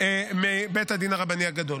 מבית הדין הרבני הגדול.